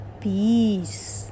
peace